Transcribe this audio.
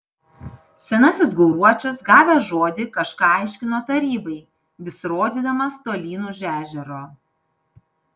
senasis gauruočius gavęs žodį kažką aiškino tarybai vis rodydamas tolyn už ežero